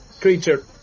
creature